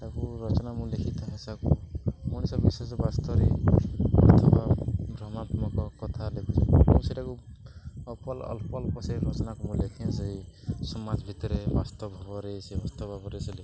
ତାକୁ ରଚନା ମୁଁ ଲେଖିଥାଏ ସେକୁ ମୁଣିଷ ବିଶେଷ ବାସ୍ତରେ ଅବା ଭ୍ରମାତ୍ମକ କଥା ଲେଖୁଛେ ମୁଁ ସେଇଟାକୁ ଅଲ ଅଳ୍ପ ଅଳ୍ପ ସେଇ ରଚନାକୁ ମୁଁ ଲେଖେ ସେଇ ସମାଜ ଭିତରେ ବାସ୍ତବ ଭବରେ ସେ ବାସ୍ତବ ଭାବରେ ସେ ଲେଖେ